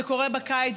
זה קורה בקיץ,